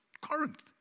Corinth